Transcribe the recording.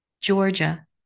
Georgia